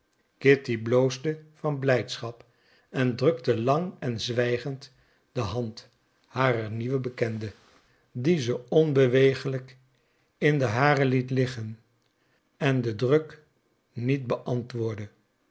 kitty bloosde van blijdschap en drukte lang en zwijgend de hand harer nieuwe bekende die ze onbewegelijk in de hare liet liggen en den druk niet beantwoordde